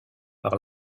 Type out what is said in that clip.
par